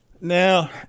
Now